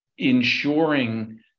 Ensuring